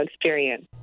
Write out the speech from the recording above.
experience